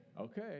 okay